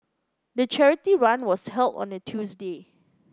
the charity run was held on a Tuesday